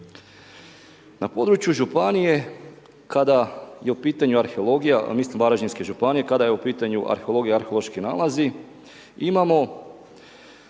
na području županije kada je u pitanju arheologija a mislim varaždinske županije, kada je u pitanju arheologija i arheološki nalazi, imamo